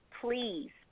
please